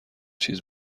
چیزی